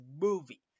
movie